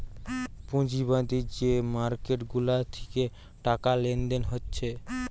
পুঁজিবাদী যে মার্কেট গুলা থিকে টাকা লেনদেন হচ্ছে